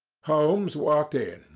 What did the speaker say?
holmes walked in,